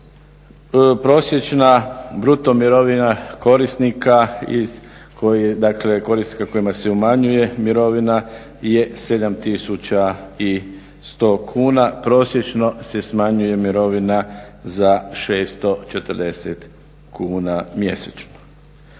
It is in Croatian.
Prosječna bruto mirovina korisnika, dakle korisnika kojima se umanjuje mirovina je 7100 kuna, prosječno se smanjuje mirovina za 640 kuna mjesečno.